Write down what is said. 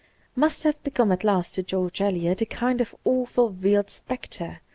must have become at last to george eliot a kind of awful veiled spectre,